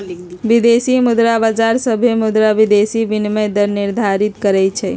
विदेशी मुद्रा बाजार सभे मुद्रा विदेशी विनिमय दर निर्धारित करई छई